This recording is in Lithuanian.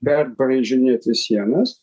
perbraižinėti sienas